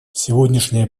сегодняшнее